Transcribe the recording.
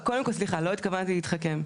קודם כול, סליחה, לא התכוונתי להתחכם.